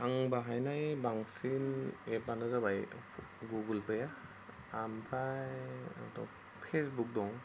आं बाहायनाय बांसिन एपआनो जाबाय गुगोलपे ओमफ्राय फेसबुक दं